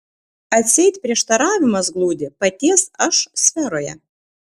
atseit prieštaravimas glūdi paties aš sferoje